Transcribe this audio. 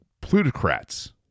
plutocrats